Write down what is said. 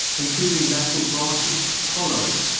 including lateral branches, hollows,